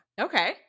Okay